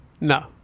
No